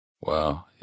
Wow